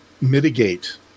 mitigate